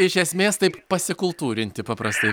iš esmės taip pasikultūrinti paprastai